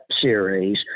series